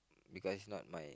because not my